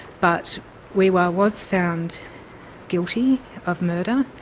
but wee-waa was found guilty of murder,